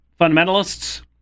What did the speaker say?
fundamentalists